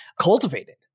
Cultivated